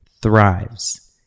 thrives